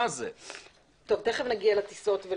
טוב, תיכף נגיע לטיסות.